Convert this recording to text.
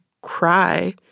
cry